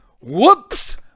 Whoops